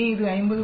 இங்கே இது 50